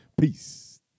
Peace